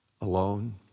alone